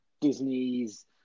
Disney's